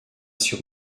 sur